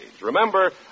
Remember